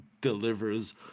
delivers